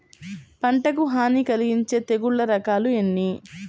పంటకు హాని కలిగించే తెగుళ్ల రకాలు ఎన్ని?